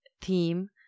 theme